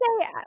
say